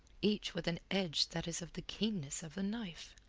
each with an edge that is of the keenness of a knife?